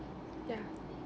ya